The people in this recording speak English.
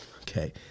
Okay